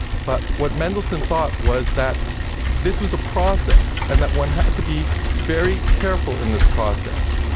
but what mendelssohn thought was that this was a process, and that one had to be very careful in this process.